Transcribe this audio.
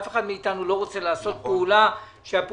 אף אחד מאתנו לא רוצה לעשות פעולה שהפעולה